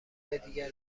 دیگر